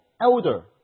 elder